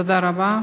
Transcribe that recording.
תודה רבה.